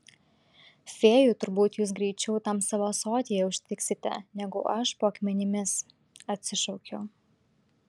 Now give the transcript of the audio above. fėjų turbūt jūs greičiau tam savo ąsotyje užtiksite negu aš po akmenimis atsišaukiau